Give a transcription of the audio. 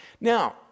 Now